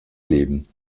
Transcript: leben